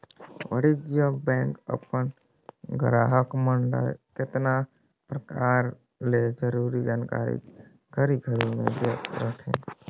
वाणिज्य बेंक अपन गराहक मन ल केतना परकार ले जरूरी जानकारी घरी घरी में देहत रथे